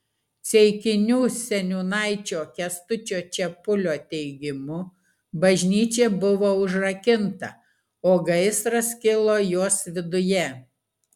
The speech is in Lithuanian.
ceikinių seniūnaičio kęstučio čepulio teigimu bažnyčia buvo užrakinta o gaisras kilo jos viduje